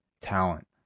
talent